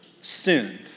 sinned